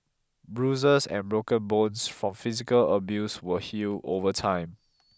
bruises and broken bones from physical abuse will heal over time